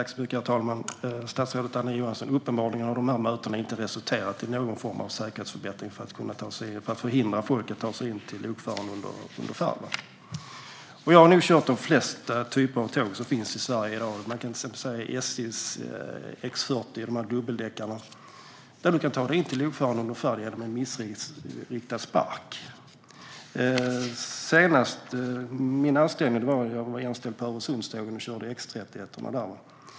Herr talman! Uppenbarligen har mötena inte resulterat i någon form av säkerhetsförbättring för att förhindra folk att ta sig in till lokföraren under färd, statsrådet Anna Johansson. Jag har nog kört de flesta typer av tåg som finns i Sverige i dag. Man kan till exempel titta på SJ:s X 40, alltså dubbeldäckarna, där du kan ta dig in till lokförarna under färd genom en missriktad spark. I min senaste anställning var jag anställd på Öresundstågen och körde X 31:orna där.